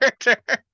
character